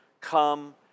come